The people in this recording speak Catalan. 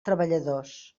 treballadors